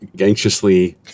anxiously